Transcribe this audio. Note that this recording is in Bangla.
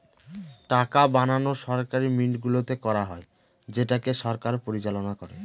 টাকা বানানো সরকারি মিন্টগুলোতে করা হয় যেটাকে সরকার পরিচালনা করে